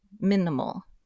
minimal